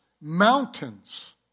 mountains